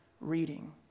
reading